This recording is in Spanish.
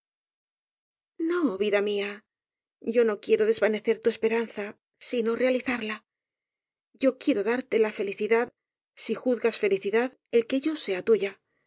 no vida mía yo no quiero desvanecer tu es peranza sino realizarla yo quiero darte la felici dad si juzgas felicidad el que yo sea tuya